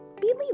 Believe